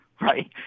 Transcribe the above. right